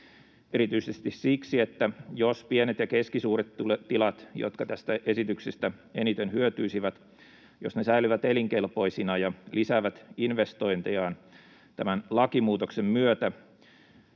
erityisesti siksi, että jos pienet ja keskisuuret tilat, jotka tästä esityksestä eniten hyötyisivät, säilyvät elinkelpoisina ja lisäävät investointejaan tämän lakimuutoksen myötä,